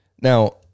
now